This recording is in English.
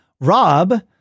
rob